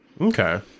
Okay